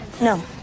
No